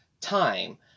time